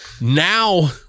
Now